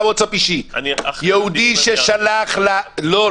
יהודי ששלח --- אני מוכן --- לא,